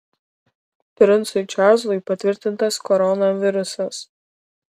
princui čarlzui patvirtintas koronavirusas